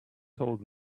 told